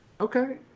okay